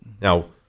Now